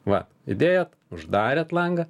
va įdėjot uždarėt langą